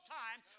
time